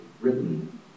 written